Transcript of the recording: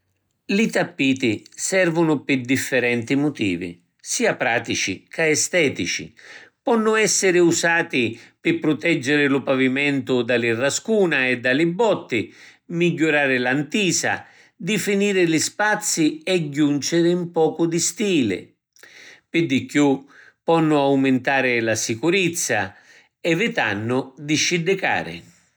Li tappiti servunu pi diffirenti mutivi, sia pratici ca estetici. Ponnu essiri usati pi pruteggiri lu pavimentu da li rascuna e da li botti, migghiurari la ntisa, difiniri li spazi e junciri ‘n pocu di stili. Pi di chiù, ponnu aumintari la sicurizza, evitannu di sciddicari.